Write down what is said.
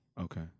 Okay